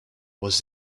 was